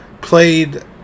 played